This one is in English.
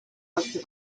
looked